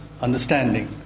understanding